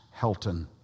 Helton